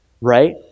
right